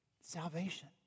Salvation